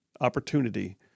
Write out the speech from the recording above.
opportunity